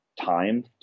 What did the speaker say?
time